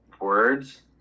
words